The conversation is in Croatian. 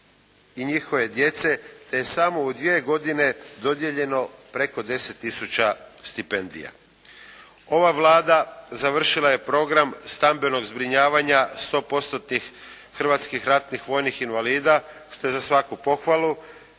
i njihove djece te je samo u dvije godine dodijeljeno preko 10 tisuća stipendija. Ova Vlada završila je program stambenog zbrinjavanja 100%-tnih hrvatskih ratnih vojnih invalida što je za svaku pohvalu